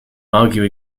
argue